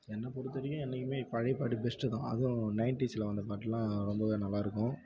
என்னை பொறுத்த வரைக்கும் என்றைக்குமே பழைய பாட்டு பெஸ்ட்டு தான் அதுவும் நைன்டிஸில் வந்த பாட்டுலாம் ரொம்பவே நல்லாயிருக்கும்